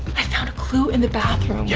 i found a clue in the bathroom. yeah?